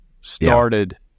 started